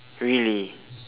really